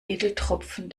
edeltropfen